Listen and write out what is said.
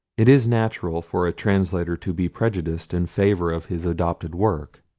it is natural for a translator to be prejudiced in favour of his adopted work.